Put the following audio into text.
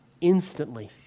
Instantly